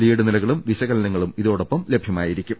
lead നിലകളും വിശകലനങ്ങളും ഇതോടൊപ്പം ലഭ്യമായിരിക്കും